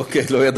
טוב.